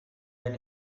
when